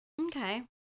Okay